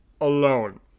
alone